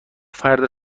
فرد